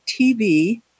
TV